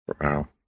Wow